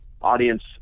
audience